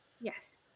Yes